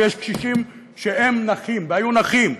ויש קשישים שהם נכים והיו נכים.